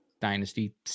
Dynasty